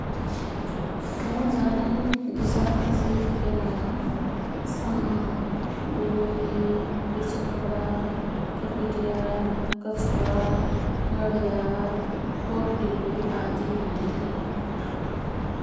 मोर् जानल घिसर्ना जीवके नाम साँप, गोही, बिच्खोप्डा, गिर्गिटया, कछुवा, घडियाल, गोह्टी आदि हैं।